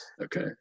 Okay